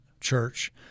church